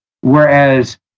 Whereas